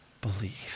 believe